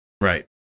Right